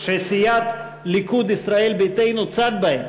שסיעת הליכוד, ישראל ביתנו צד בהם.